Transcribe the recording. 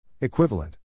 Equivalent